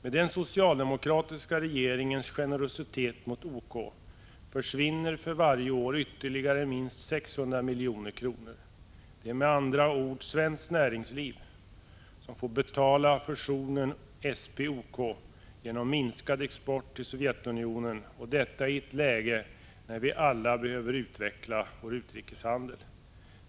Med den socialdemokratiska regeringens generositet mot OK försvinner för varje år ytterligare minst 600 milj.kr. Det är alltså svenskt näringsliv som får betala fusionen SP-OK genom minskad export till Sovjetunionen, i ett läge där vi behöver ytterligare utveckling ta vår utrikeshandel.